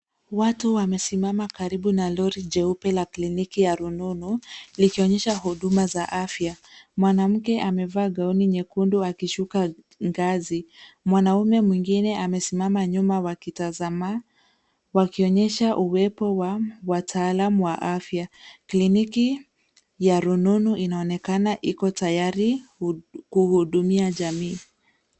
Watu wamesimama karibu na lori jeupe la kliniki ya rununu, likionyesha huduma za afya. Mwanamke amevaa gauni nyekundu akishuka ngazi. Mwanaume mwingine amesimama nyuma wakitazama, wakionyesha uwepo wa wataalamu wa afya. Kliniki ya rununu inaonekana iko tayari, kuhudumia jamii.